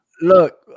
Look